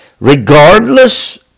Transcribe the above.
regardless